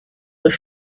were